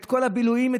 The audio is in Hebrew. כל הבילויים,